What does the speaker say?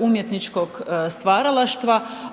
umjetničkog stvaralaštva,